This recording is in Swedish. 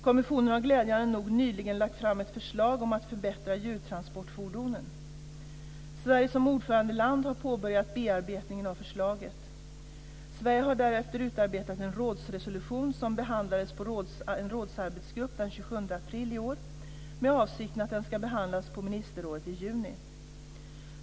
Kommissionen har glädjande nog nyligen lagt fram ett förslag om att förbättra djurtransportfordonen. Sverige som ordförandeland har påbörjat bearbetningen av förslaget. Sverige har därefter utarbetat en rådsresolution som behandlades på en rådsarbetsgrupp den 27 april 2001, med avsikten att den ska behandlas på ministerrådet i juni.